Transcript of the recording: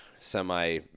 semi